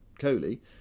Coley